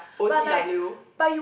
O_T_W